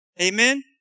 Amen